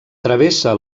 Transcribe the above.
travessa